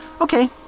Okay